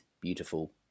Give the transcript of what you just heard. beautiful